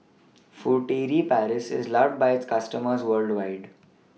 Furtere Paris IS loved By its customers worldwide